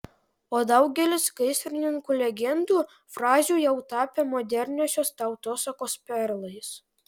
o daugelis gaisrininkų legendų frazių jau tapę moderniosios tautosakos perlais